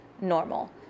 normal